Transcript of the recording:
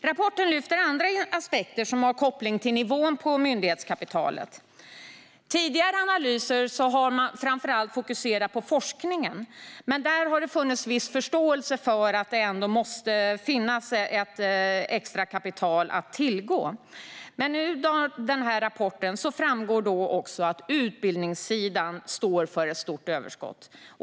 Rapporten lyfter fram andra aspekter som har koppling till nivån på myndighetskapitalet. Tidigare analyser har framför allt fokuserat på forskningen, och där har det funnits viss förståelse för att det måste finnas extra kapital att tillgå. Men av denna rapport framgår att också utbildningssidan står för ett stort överskott.